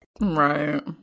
Right